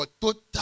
total